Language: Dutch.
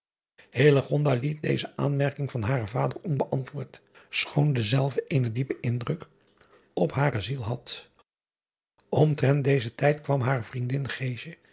liet deze aanmerking van haren vader onbeantwoord schoon dezelve eenen diepen indruk op hare ziel had mtrent dezen tijd kwam hare vriendin